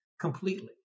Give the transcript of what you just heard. completely